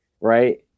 right